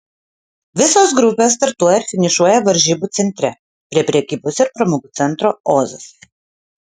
visos grupės startuoja ir finišuoja varžybų centre prie prekybos ir pramogų centro ozas